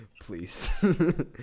Please